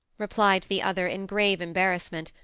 replied the other, in grave embarrassment,